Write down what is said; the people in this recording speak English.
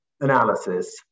analysis